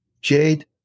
Jade